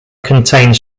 contains